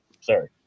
Sorry